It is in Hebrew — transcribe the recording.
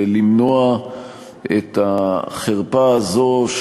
למנוע את החרפה הזאת,